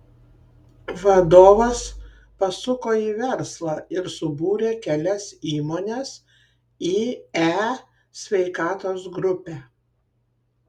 vadovas pasuko į verslą ir subūrė kelias įmones į e sveikatos grupę